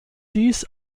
dies